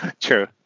True